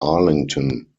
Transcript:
arlington